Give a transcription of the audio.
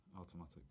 automatic